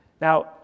Now